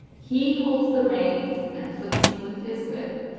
he holds the reins, and flicks me with his whip,